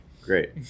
Great